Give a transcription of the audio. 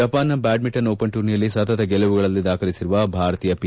Japan Badminton Open ಟೂರ್ನಿಯಲ್ಲಿ ಸತತ ಗೆಲುವುಗಳನ್ನು ದಾಖಲಿಸಿರುವ ಭಾರತದ ಪಿ